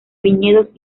viñedos